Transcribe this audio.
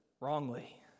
wrongly